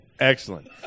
Excellent